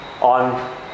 on